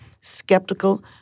skeptical